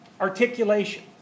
articulation